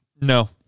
no